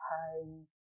home